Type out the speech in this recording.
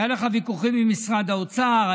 היו לך ויכוחים עם משרד האוצר,